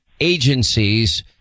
agencies